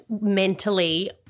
mentally